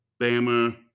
Bama